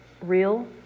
real